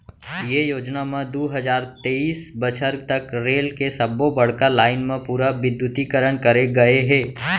ये योजना म दू हजार तेइस बछर तक रेल के सब्बो बड़का लाईन म पूरा बिद्युतीकरन करे गय हे